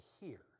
hear